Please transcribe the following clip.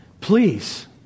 please